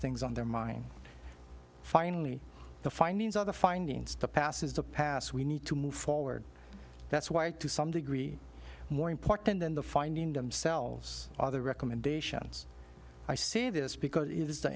things on their mind finally the findings of the findings to pass is a pass we need to move forward that's why to some degree more important than the finding themselves other recommendations i say this because it is t